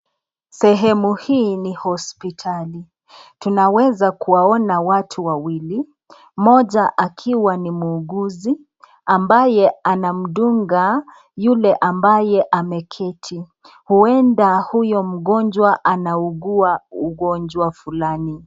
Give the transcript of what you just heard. Sehemu hii ni hospitali, tunaweza kuwaona watu wawili, moja akiwa ni muuguzi anbaye anamdunga yule ambaye ameketi. Huenda huyo mgonjwa anaugua ugonjwa fulani.